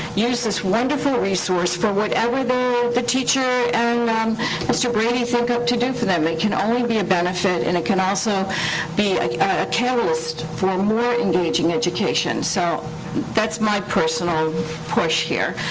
use this wonderful resource for whatever the the teacher and mr. brady think up to do for them. it can only be a benefit, and it can also be a catalyst for more engaging education. so that's my personal push here.